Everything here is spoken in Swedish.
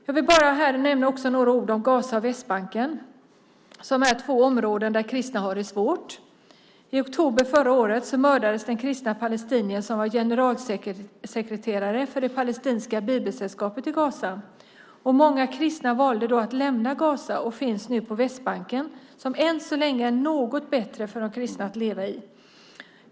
Jag vill här också nämna några ord om Gaza och Västbanken som är två områden där kristna har det svårt. I oktober förra året mördades den kristna palestinier som var generalsekreterare för det palestinska bibelsällskapet i Gaza. Många kristna valde då att lämna Gaza och finns nu på Västbanken som än så länge är något bättre för de kristna att leva i.